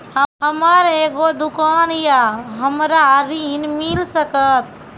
हमर एगो दुकान या हमरा ऋण मिल सकत?